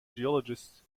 geologists